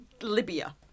Libya